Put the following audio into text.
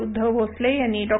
उद्धव भोसले यांनी डॉ